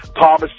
Thomas